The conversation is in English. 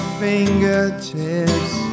fingertips